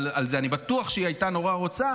אני בטוח שהיא הייתה נורא רוצה,